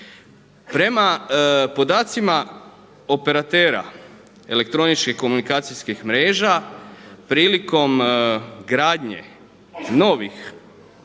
Prema podacima operatera elektroničkih komunikacijskih mreža, prilikom gradnje novih